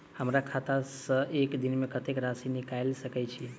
हमरा खाता सऽ एक दिन मे कतेक राशि निकाइल सकै छी